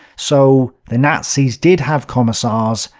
so, the nazis did have commissars,